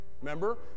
remember